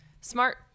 smart